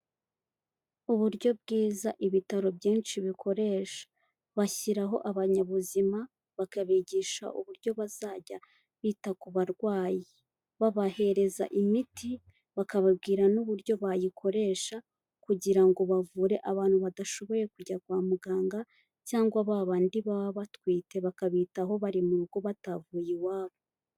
Uburyo bwiza ibitaro byinshi bikoresha, bashyiraho abanyabuzima bakabigisha uburyo bazajya bita ku barwayi, babahereza imiti bakababwira n'uburyo bayikoresha kugira ngo bavure abantu badashoboye kujya kwa muganga cyangwa babandi baba batwite bakabitaho bari mu rugo batavuye iwabo.